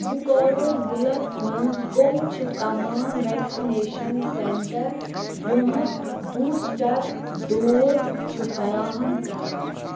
بُکارو ضلعس منٛز کَم چھِ تمام وٮ۪کسِنیشَن سٮ۪نٹَر یِمہٕ بوٗسٹَر ڈوز چھِ فراہَم کران